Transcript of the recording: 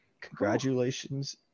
Congratulations